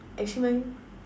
actually my